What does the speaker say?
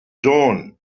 dawn